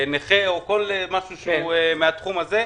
נכה או כל משהו מהתחום הזה,